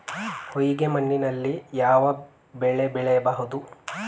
ಹೊಯ್ಗೆ ಮಣ್ಣಿನಲ್ಲಿ ಯಾವ ಬೆಳೆ ಬೆಳೆಯಬಹುದು?